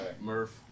Murph